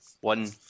One